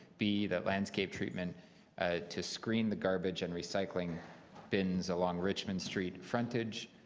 b, that landscape treatment ah to screen the garbage and recycling bins along richmond street frontage,